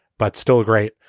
but still great.